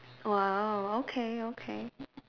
!wow! okay okay